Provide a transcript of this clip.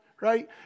Right